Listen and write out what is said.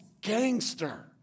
gangster